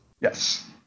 Yes